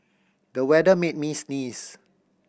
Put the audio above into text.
the weather made me sneeze